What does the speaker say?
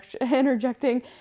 interjecting